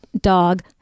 dog